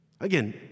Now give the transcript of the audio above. Again